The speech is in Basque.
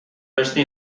beste